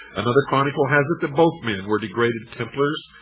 another chronicle has it that both men were degraded templars,